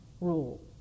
rule